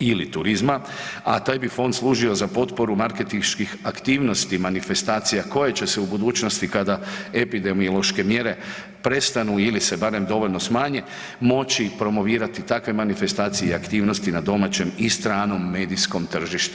ili turizma, a taj bi fond služio za potporu marketinških aktivnosti manifestacija koje će se u budućnosti kada epidemiološke mjere prestanu ili se barem dovoljno smanje moći promovirati takve manifestacije na domaćem i stranom medijskom tržištu.